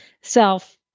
self